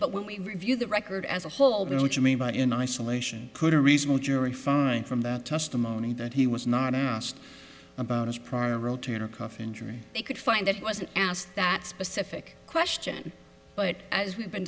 but when we review the record as a whole what you mean by in isolation could a reasonable jury find from that testimony that he was not asked about his prior rotator cuff injury they could find that wasn't asked that specific question but as we've been